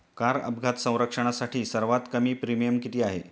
Car अपघात संरक्षणासाठी सर्वात कमी प्रीमियम किती आहे?